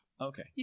okay